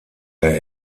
der